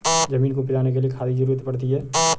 ज़मीन को उपजाने के लिए खाद की ज़रूरत पड़ती है